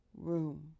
room